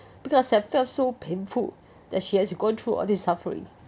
because I felt so painful that she has gone through all these suffering